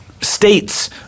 states